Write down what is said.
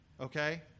Okay